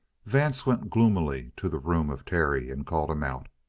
vance went gloomily to the room of terry and called him out.